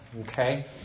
okay